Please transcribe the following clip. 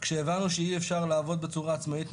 כשהבנו שאי-אפשר לעבוד בצורה עצמאית,